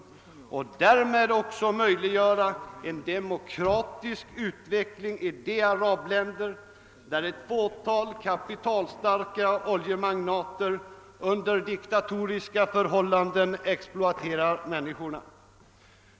Därmed möjliggörs också en demokratisk utveckling i de arabländer där ett fåtal kapitalstarka oljemagnater under diktatoriska förhållanden exploaterar människorna.